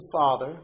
father